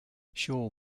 shaw